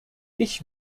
ich